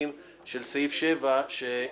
לגלם בתוכו גם את הצורך לבדיקה,